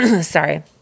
sorry